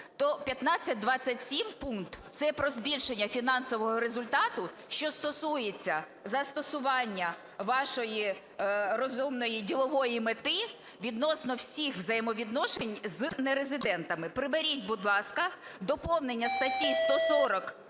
то 1527 пункт - це про збільшення фінансового результату, що стосується застосування вашої розумної ділової мети відносно всіх взаємовідносин з нерезидентами. Приберіть, будь ласка, доповнення статті 140.5